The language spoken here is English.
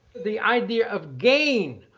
the idea of gain,